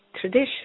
tradition